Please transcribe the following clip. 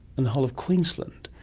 and the whole of queensland.